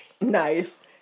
Nice